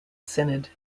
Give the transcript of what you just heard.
synod